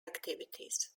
activities